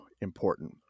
important